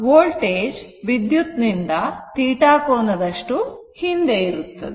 ಅಥವಾ ವೋಲ್ಟೇಜ್ ವಿದ್ಯುತ್ ನಿಂದ θ ಕೋನದಷ್ಟು ಹಿಂದಿರುತ್ತದೆ